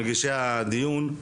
מגישי הדיון,